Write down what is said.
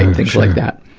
and things like that.